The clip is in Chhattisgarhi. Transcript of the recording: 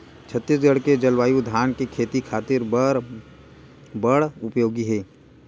छत्तीसगढ़ के जलवायु धान के खेती खातिर बर बड़ उपयोगी हे